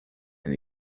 and